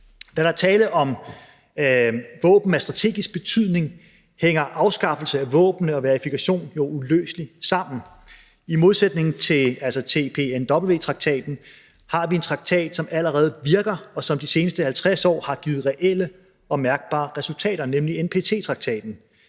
Da der er tale om våben af strategisk betydning hænger afskaffelse af våben og verifikation jo uløseligt sammen. I modsætning til TPNW-traktaten har vi en traktat, som allerede virker, og som de seneste 50 år har givet reelle og mærkbare resultater, nemlig NPT-traktaten.